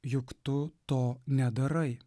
juk tu to nedarai